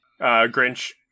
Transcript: Grinch